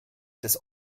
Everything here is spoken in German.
des